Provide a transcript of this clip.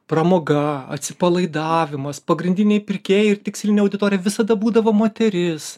pramoga atsipalaidavimas pagrindiniai pirkėjai ir tikslinė auditorija visada būdavo moteris